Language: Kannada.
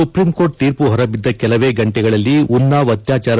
ಸುಪ್ರೀಂಕೋರ್ಟ್ ತೀರ್ಪು ಹೊರಬಿದ್ದ ಕೆಲವೇ ಗಂಟಗಳಲ್ಲಿ ಉನ್ನಾವ್ ಅತ್ನಾಚಾರ